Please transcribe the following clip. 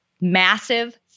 massive